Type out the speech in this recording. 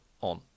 on